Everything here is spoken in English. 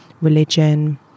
religion